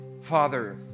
Father